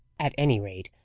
at any rate,